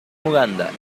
uganda